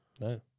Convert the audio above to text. No